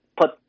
put